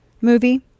movie